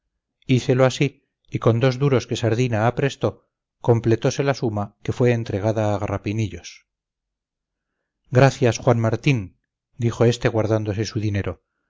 hícelo así y con dos duros que sardina aprestó completose la suma que fue entregada a garrapinillos gracias juan martín dijo este guardándose su dinero